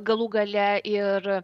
galų gale ir